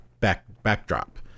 backdrop